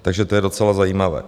Takže to je docela zajímavé.